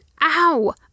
Ow